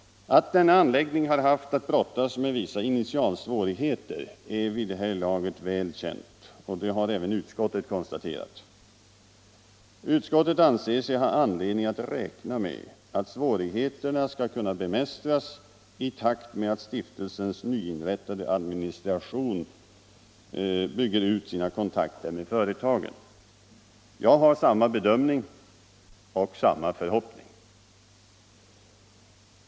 Att den anläggningen har haft att brottas med vissa initialsvårigheter är vid det här laget väl känt, och det har också utskottet konstaterat. Utskottet anser sig ha anledning räkna med att svårigheterna skall kunna bemästras i takt med att stiftelsens nyinrättade administration bygger ut sina kontakter med företagen. Jag har samma bedömning och samma förhoppning.